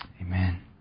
Amen